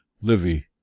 Livy